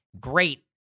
Great